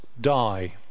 die